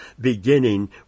beginning